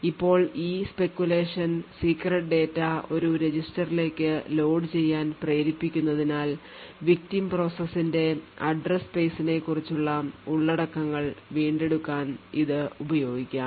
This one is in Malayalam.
ഇപ്പോൾ ഈ speculation secret ഡാറ്റ ഒരു രജിസ്റ്ററിലേക്ക് ലോഡുചെയ്യാൻ പ്രേരിപ്പിക്കുന്നതിനാൽ victim process ന്റെ address space നെക്കുറിച്ചുള്ള ഉള്ളടക്കങ്ങൾ വീണ്ടെടുക്കാൻ ഇത് ഉപയോഗിക്കാം